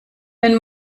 wenn